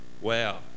wow